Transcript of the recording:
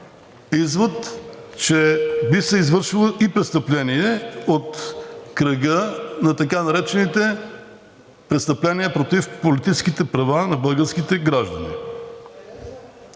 извод, че би се извършило и престъпление от кръга на така наречените престъпления против политическите права на българските граждани.